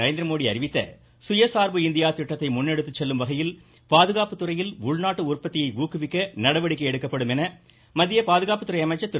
நரேந்திரமோடி அறிவித்த சுயசார்பு இந்தியா திட்டத்தை முன்னெடுத்து செல்லும் வகையில் பாதுகாப்பு துறையில் உள்நாட்டு உற்பத்தியை ஊக்குவிக்க நடவடிக்கை எடுக்கப்படும் என மத்திய பாதுகாப்புத்துறை அமைச்சர் திரு